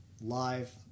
live